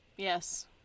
Yes